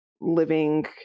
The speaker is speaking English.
living